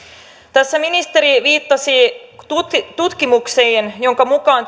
tässä ministeri viittasi tutkimuksiin joiden mukaan